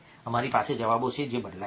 અમારી પાસે જવાબો છે જે બદલાય છે